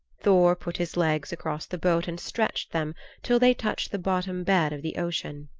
thor put his legs across the boat and stretched them till they touched the bottom bed of the ocean.